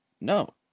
No